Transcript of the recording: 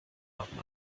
haben